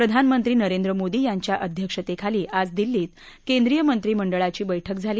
प्रधानमंत्री नरेंद्र मोदी यांच्या अध्यक्षतेखाली आज दिल्लीत केंद्रीय मंत्रीमंडळाची बर्क्क झाली